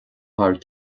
thar